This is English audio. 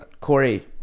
Corey